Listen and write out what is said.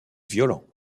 violents